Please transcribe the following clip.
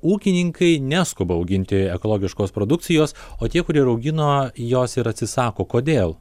ūkininkai neskuba auginti ekologiškos produkcijos o tie kurie ir augino jos ir atsisako kodėl